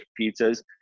pizzas